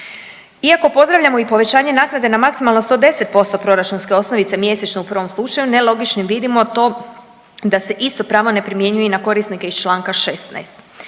Iako pozdravljamo i povećanje naknade na maksimalno 110% proračunske osnovice mjesečnu u prvom slučaju nelogičnim vidimo to da se isto pravo ne primjenjuje i na korisnike iz Članka 16,